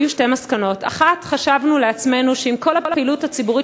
היו שתי מסקנות: 1. חשבנו לעצמנו שאם כל הפעילות הציבורית